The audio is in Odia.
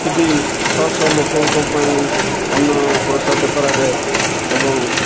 ସେଠି ଶହ ଶହ ଲୋକଙ୍କ ପାଇଁ ଅନ୍ନ ପ୍ରସାଦ କରାଯାଏ ଏବଂ